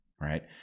right